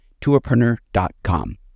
tourpreneur.com